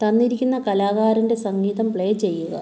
തന്നിരിക്കുന്ന കലാകാരൻ്റെ സംഗീതം പ്ലേ ചെയ്യുക